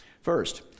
First